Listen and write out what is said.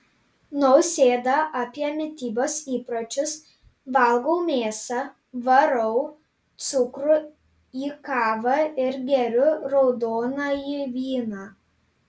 nausėda apie mitybos įpročius valgau mėsą varau cukrų į kavą ir geriu raudonąjį vyną